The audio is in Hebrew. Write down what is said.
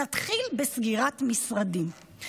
נתחיל בסגירת משרדים,